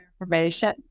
information